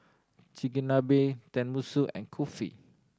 Chigenabe Tenmusu and Kulfi